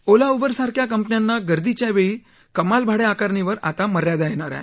ओला Uber सारख्या कंपन्यांना गर्दीच्या वेळी कमाल भाडे आकारणीवर आता मर्यादा येणार आहे